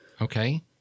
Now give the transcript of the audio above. okay